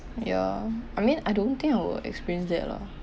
ya I mean I don't think I will experience that lah